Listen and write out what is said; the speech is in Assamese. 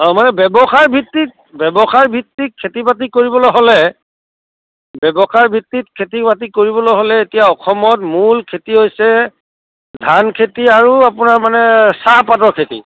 অ মানে ব্যৱসায় ভিত্তিক ব্যৱসায় ভিত্তিক খেতি বাতি কৰিবলৈ হ'লে ব্যৱসায় ভিত্তিক খেতি বাতি কৰিবলৈ হ'লে এতিয়া অসমত মূল খেতি হৈছে ধান খেতি আৰু আপোনাৰ মানে চাহপাতৰ খেতি